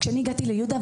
כשאני הגעתי ליהודה,